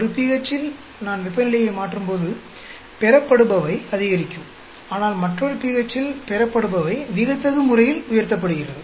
ஒரு pH இல் நான் வெப்பநிலையை மாற்றும்போது பெறப்படுபவை அதிகரிக்கும் ஆனால் மற்றொரு pH இல் பெறப்படுபவை வியத்தகு முறையில் உயர்த்தப்படுகிறது